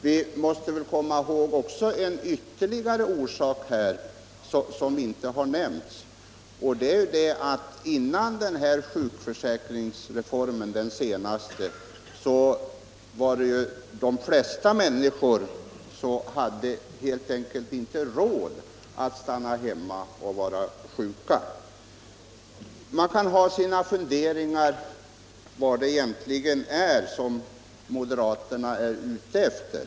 Vi skall dessutom komma ihåg en sak som hittills inte har berörts i debatten, nämligen att de flesta människor före den senaste sjukförsäkringsreformen helt enkelt inte hade råd att stanna hemma när de blev sjuka. Man kan ha sina funderingar om vad moderaterna egentligen är ute efter.